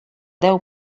deu